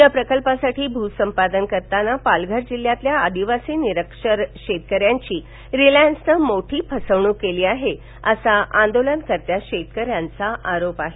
या प्रकल्पासाठी भूसंपादन करताना पालघर जिल्ह्यातील आदिवासी निरक्षर शेतकऱ्यांची रिलायन्सनं मोठी फसवणूक केली आहे असा आंदोलनकर्त्या शेतकऱ्यांचा आरोप आहे